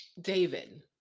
David